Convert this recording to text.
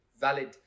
valid